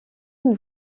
une